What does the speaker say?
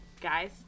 guys